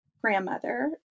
grandmother